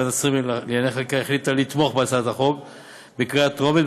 ועדת השרים לענייני חקיקה החליטה לתמוך בהצעת החוק בקריאה טרומית,